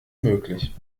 möglich